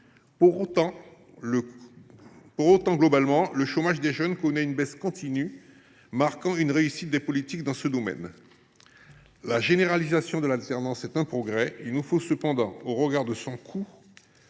Pour autant, globalement, le chômage des jeunes connaît une baisse continue, ce qui traduit une réussite des politiques dans ce domaine. La généralisation de l’alternance est un progrès. Il nous faut toutefois, au regard de son coût,